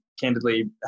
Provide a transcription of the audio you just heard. candidly